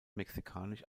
mexikanisch